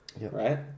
Right